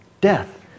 death